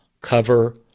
Cover